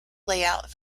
layout